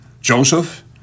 Joseph